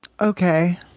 Okay